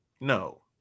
no